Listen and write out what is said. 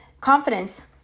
confidence